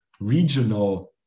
regional